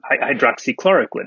hydroxychloroquine